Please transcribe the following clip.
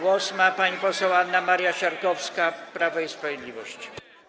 Głos ma pani poseł Anna Maria Siarkowska, Prawo i Sprawiedliwość.